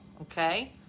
okay